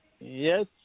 yes